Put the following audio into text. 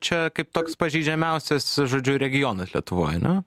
čia kaip toks pažeidžiamiausias žodžiu regionas lietuvoj ane